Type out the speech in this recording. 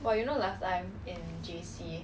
say that before I never hear that leh